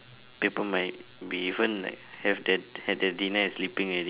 people might be even like have that had their dinner and sleeping already